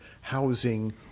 housing